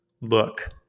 look